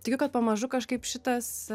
tikiu kad pamažu kažkaip šitas